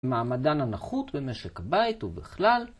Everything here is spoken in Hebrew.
מעמדן הנחות במשק בית ובכלל.